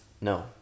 No